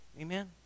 Amen